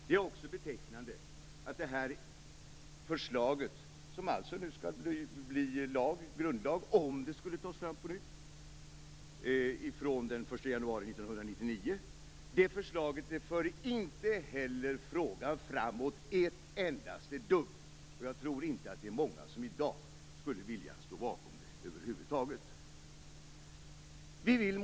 Det är också betecknande att det här förslaget, som alltså nu skulle bli grundlag från den 1 januari 1999 om det skulle tas fram på nytt, inte för frågan framåt ett endaste dugg. Jag tror inte att det är många som i dag skulle vilja stå bakom det över huvud taget.